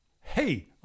hey